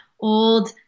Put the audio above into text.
old